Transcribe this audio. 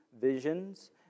visions